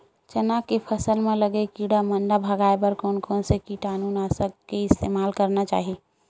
चना के फसल म लगे किड़ा मन ला भगाये बर कोन कोन से कीटानु नाशक के इस्तेमाल करना चाहि?